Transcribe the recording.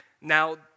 Now